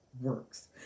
Works